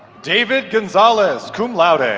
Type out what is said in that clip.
david gonzalez, cum laude. ah